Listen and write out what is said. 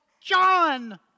John